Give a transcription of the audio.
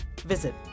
visit